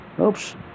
oops